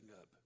up